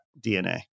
DNA